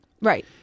Right